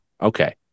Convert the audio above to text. okay